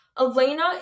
Elena